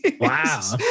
wow